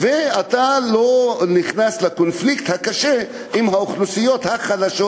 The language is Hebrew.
ואתה לא נכנס לקונפליקט הקשה עם האוכלוסיות החלשות,